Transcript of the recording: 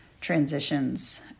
transitions